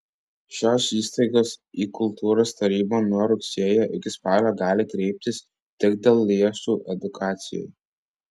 šios įstaigos į kultūros tarybą nuo rugsėjo iki spalio gali kreiptis tik dėl lėšų edukacijai